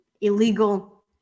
illegal